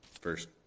first